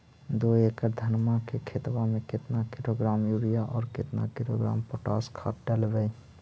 दो एकड़ धनमा के खेतबा में केतना किलोग्राम युरिया और केतना किलोग्राम पोटास खाद डलबई?